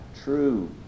true